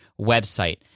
website